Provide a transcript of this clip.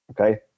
Okay